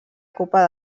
copa